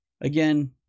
again